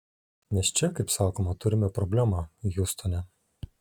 nes čia kaip sakoma turime problemą hiustone